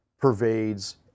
pervades